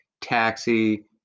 Taxi